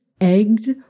Eggs